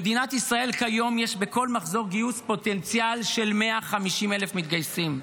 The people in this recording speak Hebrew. כיום במדינת ישראל בכל מחזור גיוס יש פוטנציאל של 150,000 מתגייסים,